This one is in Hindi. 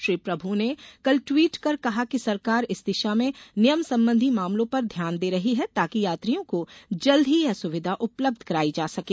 श्री प्रभू ने कल टवीट कर कहा कि सरकार इस दिशा में नियम संबंधी मामलों पर ध्यान दे रही है ताकि यात्रियों को जल्द ही यह सुविधा उपलब्ध कराई जा सके